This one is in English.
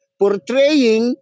portraying